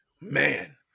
Man